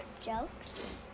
jokes